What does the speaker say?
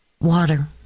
water